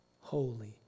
holy